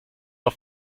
auf